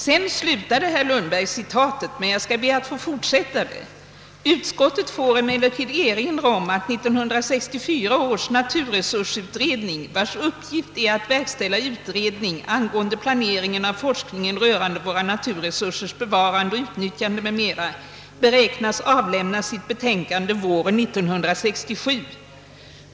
Sedan slutade herr Lundberg att citera, men jag skall be att få fortsätta: »Utskottet får emellertid erinra om att 1964 års naturresursutredning, vars uppgift är att verkställa utredning angående planeringen av forskningen rörande våra naturresursers bevarande och utnyttjande m.m., beräknas avlämna sitt betänkande våren 1967.